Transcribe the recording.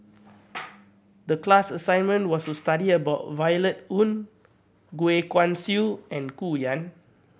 the class assignment was to study about Violet Oon Goh Guan Siew and Gu Juan